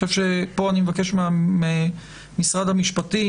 אני מבקש ממשרד המשפטים,